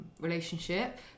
relationship